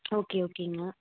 okay ஓகேங்க